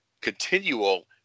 continual